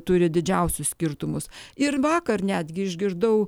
turi didžiausius skirtumus ir vakar netgi išgirdau